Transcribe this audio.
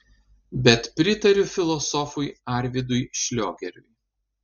bet pritariu filosofui arvydui šliogeriui